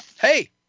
hey